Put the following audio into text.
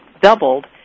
doubled